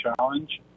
challenge